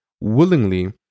willingly